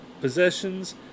possessions